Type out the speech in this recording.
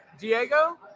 Diego